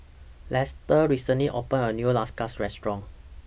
Lester recently opened A New Restaurant